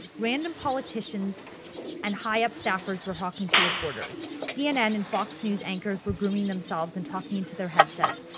random politicians and high up staffers were talking to reporters. cnn and fox news anchors were grooming themselves and talking into their headsets,